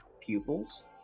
pupils